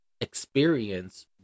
experience